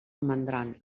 romandran